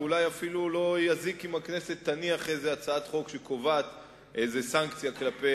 ואולי אפילו לא יזיק אם הכנסת תניח איזו הצעת חוק שקובעת סנקציה כלפי